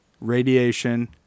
radiation